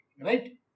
Right